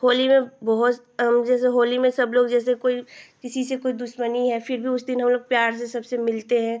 होली में बहुत हम जैसे होली में सबलोग जैसे कोई किसी से कोई दुश्मनी है फिर भी उस दिन हमलोग प्यार से सबसे मिलते हैं